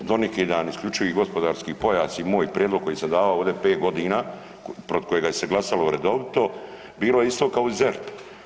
Do neki dan isključivi gospodarski pojas i moj prijedlog koji sam davao ovdje pet godina protiv kojega se glasalo redovito bilo je isto kao i ZERP.